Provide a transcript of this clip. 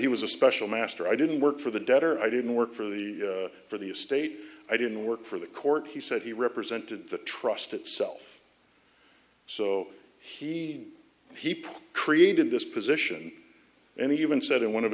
he was a special master i didn't work for the debtor i didn't work for the for the estate i didn't work for the court he said he represented the trust itself so he he created this position and he even said in one of